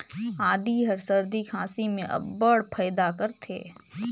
आदी हर सरदी खांसी में अब्बड़ फएदा करथे